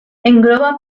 engloba